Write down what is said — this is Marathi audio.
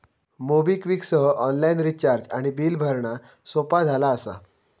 मोबिक्विक सह ऑनलाइन रिचार्ज आणि बिल भरणा सोपा झाला असा